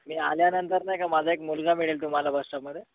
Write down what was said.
मी आल्यानंतर नाही का माझा एक मुलगा मिळेल तुम्हाला बसस्टॉपमध्ये